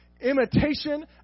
imitation